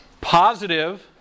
positive